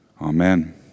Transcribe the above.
amen